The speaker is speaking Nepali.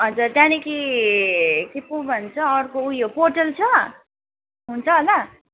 हजुर त्यहाँदेखि के पो भन्छ अर्को उयो पोटल छ हुन्छ होला